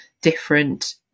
different